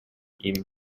ihm